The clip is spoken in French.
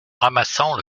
ramassant